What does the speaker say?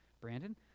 Brandon